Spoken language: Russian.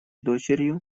дочерью